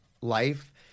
life